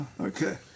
okay